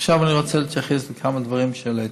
עכשיו אני רוצה להתייחס לכמה דברים שהעליתם.